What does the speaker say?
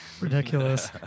Ridiculous